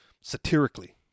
satirically